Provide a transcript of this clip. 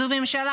זו ממשלה